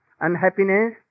unhappiness